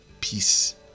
peace